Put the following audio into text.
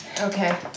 Okay